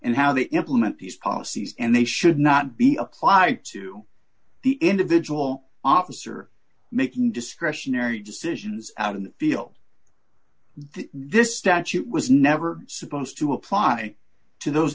and how they implement these policies and they should not be applied to the individual officer making discretionary decisions out in the field this statute was never supposed to apply to those